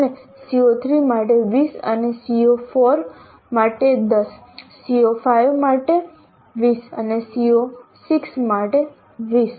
અને CO3 માટે 20 અને CO4 માટે 10 CO5 માટે 20 અને CO6 માટે 20